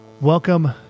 Welcome